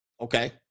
Okay